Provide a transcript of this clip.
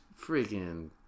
Freaking